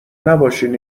نباشین